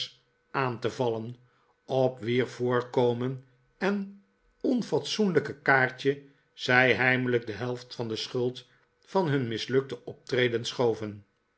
aan te vallen op wier voorkomen en onfatsoenlijke kaartje zij heimelijk de helft van de schuld van hun mislukte optreden schoven